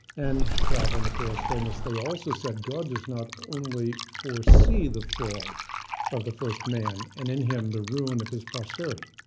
and calvin, of course, famously also said, god does not only foresee the fall of the first man and in him the ruin of his posterity,